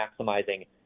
maximizing